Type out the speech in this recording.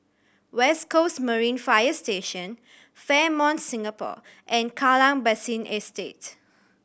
West Coast Marine Fire Station Fairmont Singapore and Kallang Basin Estate